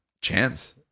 chance